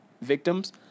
victims